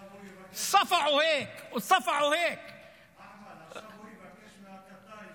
(אומר בערבית: הוא סטר לו ככה וסטר לו